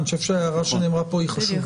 אני חושב שההערה שנאמרה פה היא חשובה.